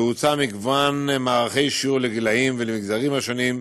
והוצע מגוון מערכי שיעור לגילים ולמגזרים השונים,